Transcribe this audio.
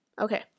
okay